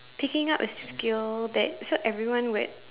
picking up a skill that so everyone would